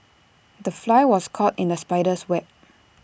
the fly was caught in the spider's web